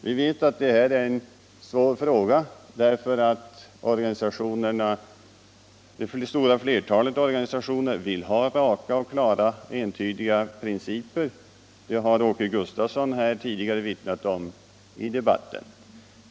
Vi vet att detta är en svår fråga därför att det stora flertalet organisationer vill ha raka, klara och entydiga principer — det har Åke Gustavsson tidigare vittnat om i debatten.